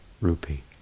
rupee